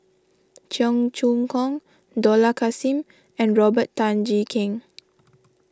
Cheong Choong Kong Dollah Kassim and Robert Tan Jee Keng